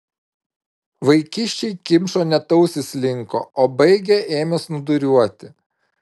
vaikiščiai kimšo net ausys linko o baigę ėmė snūduriuoti